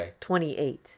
28